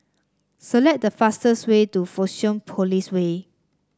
select the fastest way to Fusionopolis Way